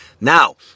Now